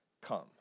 come